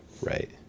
Right